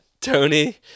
Tony